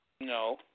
No